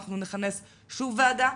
אנחנו נכנס שוב ועדה.